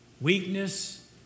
weakness